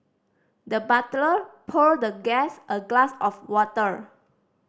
the butler poured the guest a glass of water